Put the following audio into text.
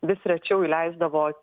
vis rečiau įleisdavo